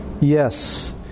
Yes